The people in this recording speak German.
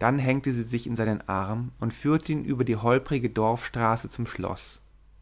dann hängte sie sich in seinen arm und führte ihn über die holprige dorfstraße zum schloß